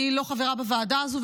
אני לא חברה בוועדה הזו,